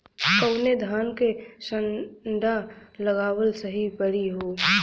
कवने धान क संन्डा लगावल सही परी हो?